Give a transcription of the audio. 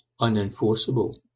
unenforceable